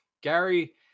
gary